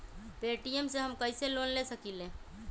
Paytm से हम कईसे लोन ले सकीले?